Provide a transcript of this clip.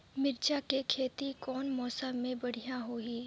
मिरचा के खेती कौन मौसम मे बढ़िया होही?